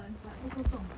what 不够重啊